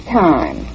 time